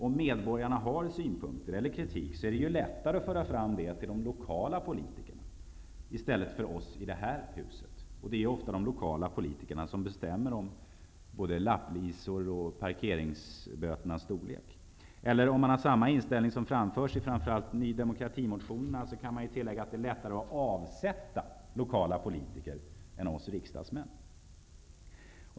Om medborgarna har synpunkter eller är kritiska, är det lättare att föra fram det till de lokala politikerna i stället för till oss i detta hus. Det är ofta de lokala politikerna som bestämmer om både lapplisor och parkeringsböternas storlek. Eller, om man har samma inställning som framförs i framför allt motionerna från Ny demokrati, går det att tillägga att det är lättare att avsätta lokala politiker än oss riksdagsmän.